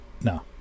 No